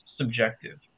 subjective